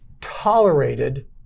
tolerated